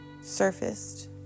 surfaced